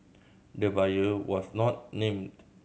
the buyer was not named